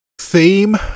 theme